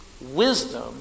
Wisdom